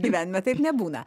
gyvenime taip nebūna